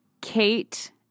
Kate